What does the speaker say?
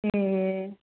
ए